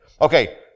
Okay